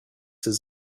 his